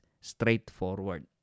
straightforward